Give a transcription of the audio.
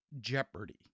Jeopardy